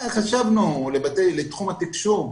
חשבנו לתחום התקשוב,